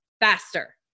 faster